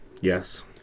Yes